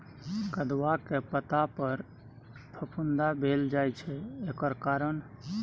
कदुआ के पता पर फफुंदी भेल जाय छै एकर कारण?